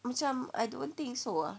macam I don't think so lah